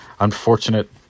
Unfortunate